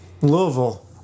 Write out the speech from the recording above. Louisville